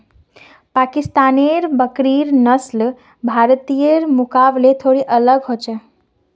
पाकिस्तानेर बकरिर नस्ल भारतीयर मुकाबले थोड़ी अलग ह छेक